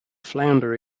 flounder